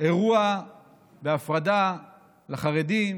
אירוע בהפרדה לחרדים